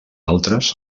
altres